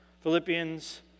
Philippians